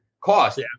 cost